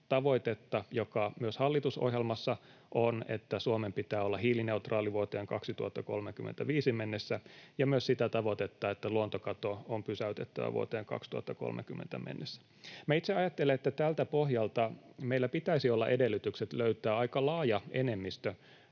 tavoitetta, joka myös hallitusohjelmassa on, että Suomen pitää olla hiilineutraali vuoteen 2035 mennessä, ja myös sitä tavoitetta, että luontokato on pysäytettävä vuoteen 2030 mennessä. Itse ajattelen, että tältä pohjalta meillä pitäisi olla edellytykset löytää aika laaja enemmistö